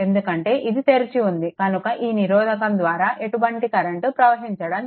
ఎందుకంటే ఇది తెరిచి ఉంది కనుక ఈ నిరోధకం ద్వారా ఎటువంటి కరెంట్ ప్రవహించడం లేదు